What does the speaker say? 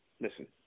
listen